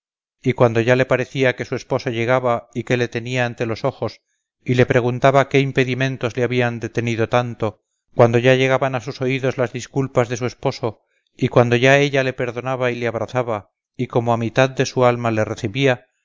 y cuando ya le parecía que su esposo llegaba y que le tenía ante los ojos y le preguntaba qué impedimentos le habían detenido tanto cuando ya llegaban a sus oídos las disculpas de su esposo y cuando ya ella le perdonaba y le abrazaba y como a mitad de su alma le recebía